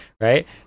right